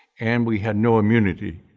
and we had no immunity.